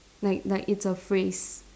like like it's a phrase